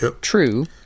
True